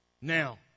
now